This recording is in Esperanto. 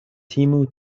timu